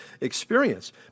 experience